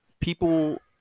people